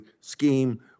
scheme